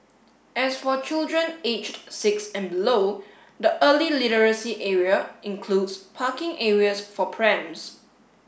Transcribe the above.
as for children aged six and below the early literacy area includes parking areas for prams